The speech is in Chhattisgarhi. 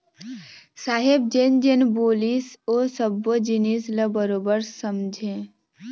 साहेब जेन जेन बोलिस ओ सब्बो जिनिस ल बरोबर समझेंव